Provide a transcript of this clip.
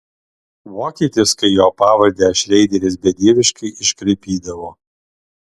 vokietis kai jo pavardę šreideris bedieviškai iškraipydavo